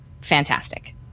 fantastic